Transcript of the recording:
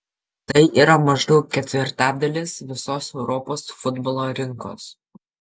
tai yra maždaug ketvirtadalis visos europos futbolo rinkos